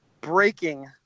breaking